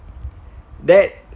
that